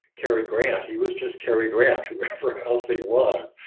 cary grant, he was just cary grant or wherever else they was.